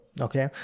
okay